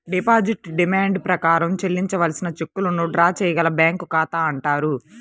depositor demand ప్రకారం చెల్లించవలసిన చెక్కులను డ్రా చేయగల బ్యాంకు ఖాతా అంటారు